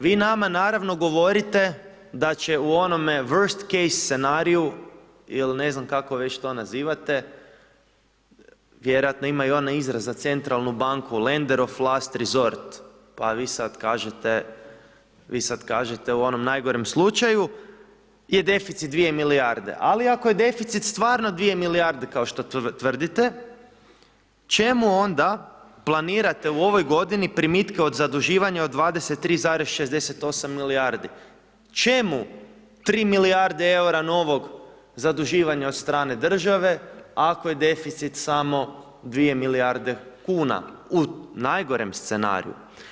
Vi nama naravno govorite da će u onome worst case scenariju ili ne znam kako već to nazivate, vjerojatno ima i onaj izraz za centralnu banku, lender of last resort, pa vi sad kažite, vi sad kažite u onom najgorem slučaju i deficit 2 milijarde, ali ako je deficit stvarno dvije milijarde, kao što tvrdite, čemu onda planirate u ovoj godini primitke od zaduživanja od 23,68 milijardi, čemu 3 milijarde EUR-a novog zaduživanja od strane države, ako je deficit samo 2 milijarde kuna u najgorem scenariju.